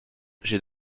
j’ai